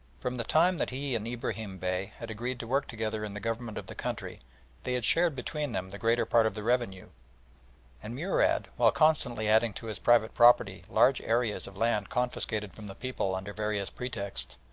from the time that he and ibrahim bey had agreed to work together in the government of the country they had shared between them the greater part of the revenue and murad, while constantly adding to his private property large areas of land confiscated from the people under various pretexts,